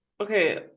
okay